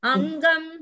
Angam